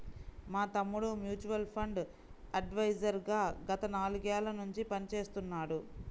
మా తమ్ముడు mutual fund advisor గా గత నాలుగేళ్ళ నుంచి పనిచేస్తున్నాడు